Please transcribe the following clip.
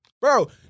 bro